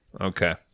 Okay